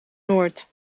noord